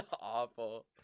awful